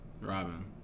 Robin